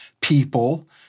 people